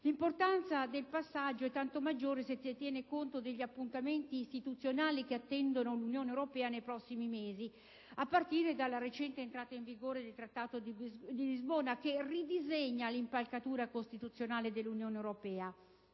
L'importanza di tale passaggio è tanto maggiore se si tiene conto degli appuntamenti istituzionali che attendono l'Unione europea nei prossimi mesi, a partire dalla recente entrata in vigore del Trattato di Lisbona, che ridisegna l'impalcatura costituzionale dell'Unione europea.